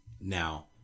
Now